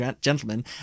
Gentlemen